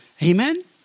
Amen